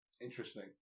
Interesting